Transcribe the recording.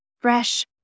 fresh